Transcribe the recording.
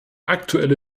aktuelle